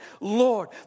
Lord